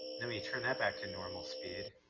i mean turn that back to normal speed